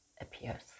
appears